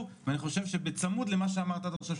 ואני חושב שבצמוד למה שאמרת עד עכשיו,